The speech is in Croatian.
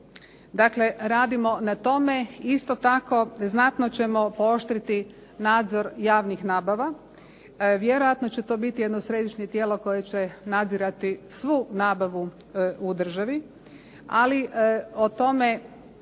dakle radimo na tome. Isto tako znatno ćemo pooštriti nadzor javnih nabava. Vjerojatno će to biti jedno središnje tijelo koje će nadzirati svu nabavu u državi, ali o tome